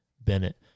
bennett